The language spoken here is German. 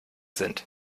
sind